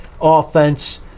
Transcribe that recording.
offense